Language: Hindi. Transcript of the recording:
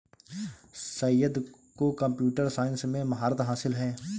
सैयद को कंप्यूटर साइंस में महारत हासिल है